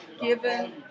given